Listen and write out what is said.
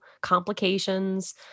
complications